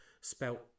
spelt